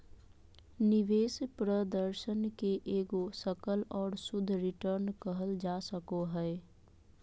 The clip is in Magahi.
निवेश प्रदर्शन के एगो सकल और शुद्ध रिटर्न कहल जा सको हय